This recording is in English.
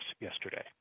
yesterday